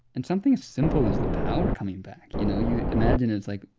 and something as simple as the power coming back you know, you imagine it's, like,